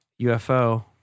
UFO